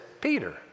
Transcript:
Peter